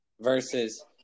versus